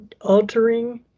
altering